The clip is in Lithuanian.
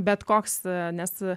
bet koks nes